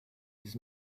his